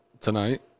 tonight